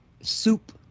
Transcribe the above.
Soup